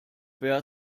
wer